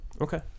Okay